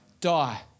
die